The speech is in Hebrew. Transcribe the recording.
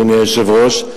אדוני היושב-ראש,